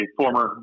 former